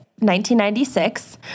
1996